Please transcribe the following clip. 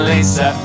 Lisa